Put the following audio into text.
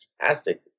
fantastic